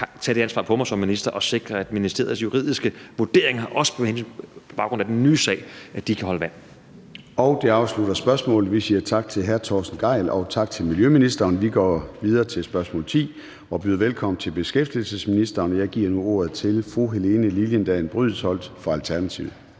tage det ansvar på mig som minister og sikre, at ministeriets juridiske vurderinger også på baggrund af den nye sag kan holde vand. Kl. 14:15 Formanden (Søren Gade): Det afslutter spørgsmålet. Vi siger tak til hr. Torsten Gejl og tak til miljøministeren. Vi går videre til spørgsmål nr. 10 og byder velkommen til beskæftigelsesministeren. Kl. 14:15 Spm. nr. S 329 10) Til beskæftigelsesministeren